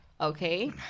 Okay